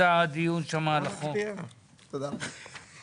13:51.